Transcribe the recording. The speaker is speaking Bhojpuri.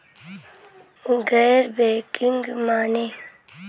गैर बैंकिंग माने?